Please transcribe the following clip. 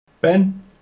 Ben